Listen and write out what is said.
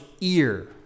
ear